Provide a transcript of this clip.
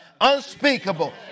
unspeakable